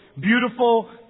Beautiful